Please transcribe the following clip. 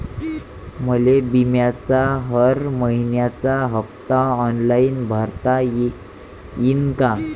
मले बिम्याचा हर मइन्याचा हप्ता ऑनलाईन भरता यीन का?